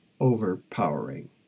overpowering